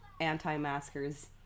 anti-maskers